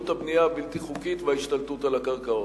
הבנייה הבלתי-חוקית וההשתלטות על הקרקעות.